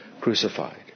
crucified